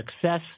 Success